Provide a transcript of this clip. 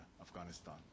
Afghanistan